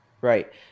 Right